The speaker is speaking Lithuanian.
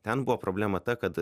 ten buvo problema ta kad